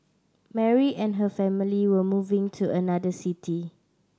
Mary and her family were moving to another city